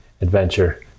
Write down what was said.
adventure